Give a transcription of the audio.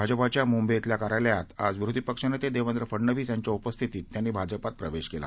भाजपाच्यामुंबई श्रिल्याकार्यालयातआजविरोधीपक्षनेतेदेवेंद्रफडणवीसयांच्याउपस्थितीतत्यांनीभाजपातप्रवेशकेला